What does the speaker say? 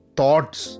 thoughts